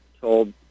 told